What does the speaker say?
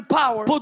power